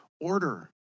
order